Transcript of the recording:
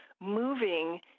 moving